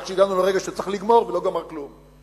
עד שהגענו לרגע שצריך לגמור ולא נגמר כלום.